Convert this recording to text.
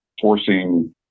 forcing